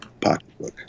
pocketbook